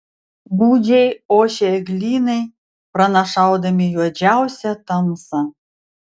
gūdžiai ošė eglynai pranašaudami juodžiausią tamsą